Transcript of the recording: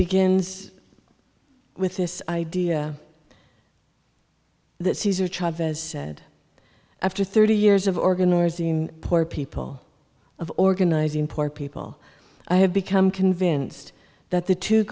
begins with this idea that cesar chavez said after thirty years of organizing poor people of organizing poor people i have become convinced that the two